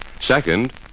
Second